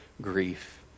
grief